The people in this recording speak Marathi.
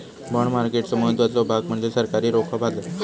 बाँड मार्केटचो महत्त्वाचो भाग म्हणजे सरकारी रोखा बाजार